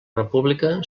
república